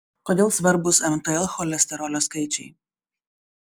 kodėl svarbūs mtl cholesterolio skaičiai